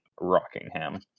Rockingham